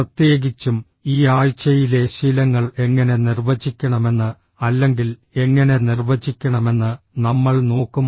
പ്രത്യേകിച്ചും ഈ ആഴ്ചയിലെ ശീലങ്ങൾ എങ്ങനെ നിർവചിക്കണമെന്ന് അല്ലെങ്കിൽ എങ്ങനെ നിർവചിക്കണമെന്ന് നമ്മൾ നോക്കും